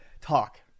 talk